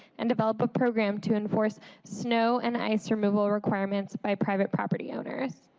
and develop a program to enforce snow and ice removal requirements by private property owners.